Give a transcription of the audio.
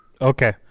Okay